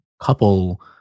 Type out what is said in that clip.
couple